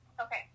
okay